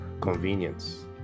convenience